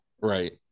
Right